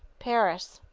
paris,